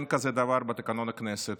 אין דבר כזה בתקנון הכנסת,